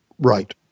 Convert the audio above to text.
Right